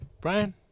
Brian